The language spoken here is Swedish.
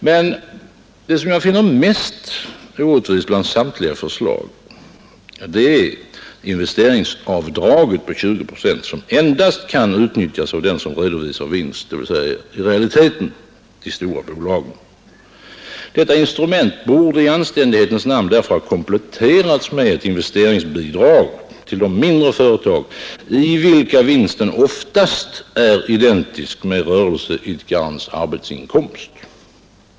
Men det som jag finner mest orättvist bland samtliga förslag är investeringsavdraget på 20 procent, som endast kan utnyttjas av dem som redovisar vinst, dvs. i realiteten de stora bolagen. Detta instrument borde i anständighetens namn därför ha kompletterats med ett investeringsbidrag till de mindre företagen, i vilka vinsten oftast är identisk med rörelseidkarens arbetsinkomst.